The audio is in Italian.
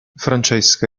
francesca